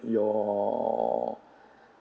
your